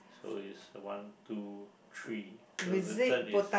so it's one two three so the third is